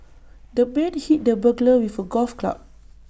the man hit the burglar with A golf club